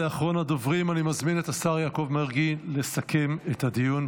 כאחרון הדוברים אני מזמין את השר יעקב מרגי לסכם את הדיון,